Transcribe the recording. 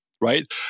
right